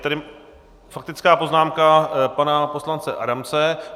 Teď faktická poznámka pana poslance Adamce.